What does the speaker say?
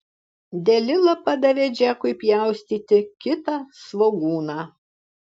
delila padavė džekui pjaustyti kitą svogūną